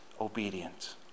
obedient